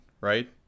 right